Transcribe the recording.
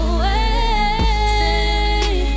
Away